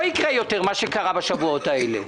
לא יקרה יותר מה שקרה בשבועות האלה,